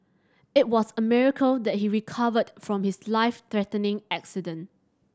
it was a miracle that he recovered from his life threatening accident